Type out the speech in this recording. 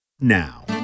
now